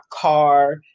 car